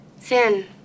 Sin